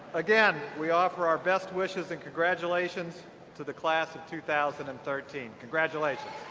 again, we offer our best wishes and congratulations to the class of two thousand and thirteen. congratulations.